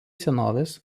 senovės